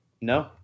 No